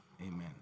amen